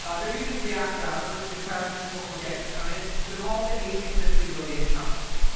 ah they're using react router's declarative support for get component with a call to asynchronously load in chunks.